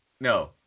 no